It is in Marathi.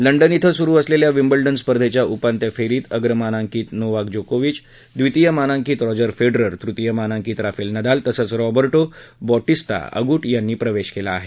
लंडन इथं सुरु असलेल्या विम्बल्डन स्पर्धेच्या उपांत्य फेरीत अग्रमानांकित नोवाक जोकोविच द्वितीय मानांकित रॉजर फेडरर तृतीय मानांकित राफेल नडाल तसंच रॉर्बटो बॉटीस्टा अगुट यांनी प्रवेश केला आहे